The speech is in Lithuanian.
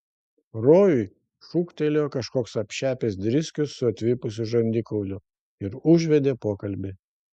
rojui šūktelėjo kažkoks apšepęs driskius su atvipusiu žandikauliu ir užvedė pokalbį